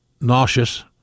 nauseous